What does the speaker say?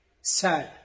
sad